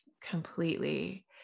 completely